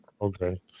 Okay